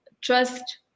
trust